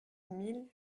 mille